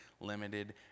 limited